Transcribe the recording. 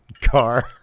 car